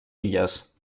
illes